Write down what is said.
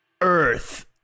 Earth